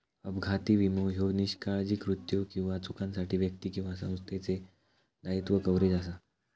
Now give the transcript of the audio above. अपघाती विमो ह्यो निष्काळजी कृत्यो किंवा चुकांसाठी व्यक्ती किंवा संस्थेचो दायित्व कव्हरेज असा